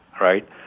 right